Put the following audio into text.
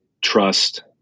trust